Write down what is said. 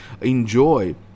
enjoy